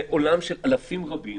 זה עולם של אלפים רבים